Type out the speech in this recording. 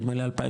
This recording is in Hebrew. נדמה לי 2,900,